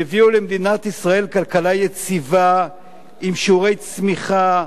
שהביאה למדינת ישראל כלכלה יציבה עם שיעורי צמיחה,